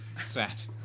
stat